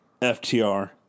FTR